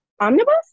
Omnibus